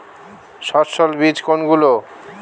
সস্যল বীজ কোনগুলো?